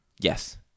yes